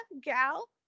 gal